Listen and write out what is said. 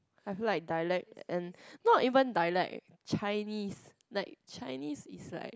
I feel like dialect and not even dialect Chinese like Chinese is like